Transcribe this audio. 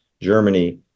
germany